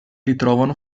ritrovano